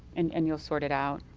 and and you'll sort it out.